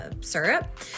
syrup